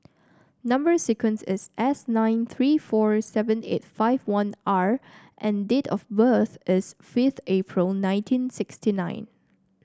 number sequence is S nine three four seven eight five one R and date of birth is fifth April nineteen sixty nine